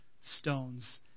stones